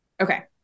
Okay